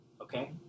Okay